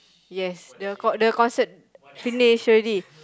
yes the con the concert finish already